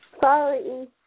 Sorry